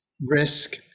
risk